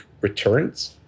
returns